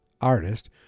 artist